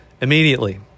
immediately